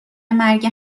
مرگ